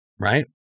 Right